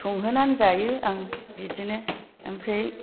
संहोनानै जायो आं बिदिनो ओमफ्राय